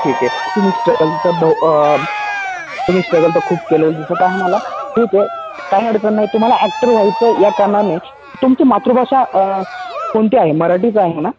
ठीक आहे तुम्ही स्ट्रगल तर बहु तुम्ही स्ट्रगल तर खूप केलेलं दिसत आहे मला ठीक आहे काही अडचण नाही तुम्हाला ॲक्टर व्हायचं या कारणाने तुमची मातृभाषा कोणती आहे मराठीच आहे ना